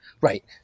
Right